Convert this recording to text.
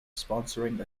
sponsoring